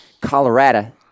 Colorado